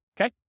okay